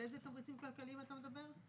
על איזה תמריצים כלכליים אתה מדבר?